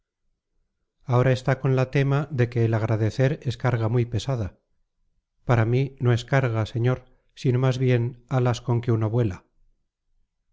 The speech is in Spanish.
ahora está con la tema de que el agradecer es carga muy pesada para mí no es carga señor sino más bien alas con que uno vuela